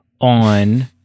on